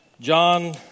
John